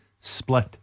Split